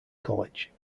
college